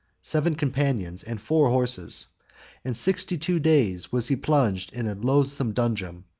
seven companions, and four horses and sixty-two days was he plunged in a loathsome dungeon,